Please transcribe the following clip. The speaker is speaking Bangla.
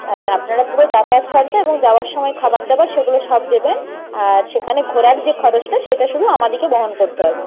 আচ্ছা আপনারা পুরো যাতায়াত খরচা এবং যাওয়ার সময় খাবার দাবার সেগুলো সব দেবেন আর সেখানে ঘোরার যে খরচটা সেটা শুধু আমাদেরকে বহন করতে হবে